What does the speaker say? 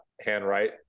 handwrite